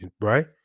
right